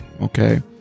okay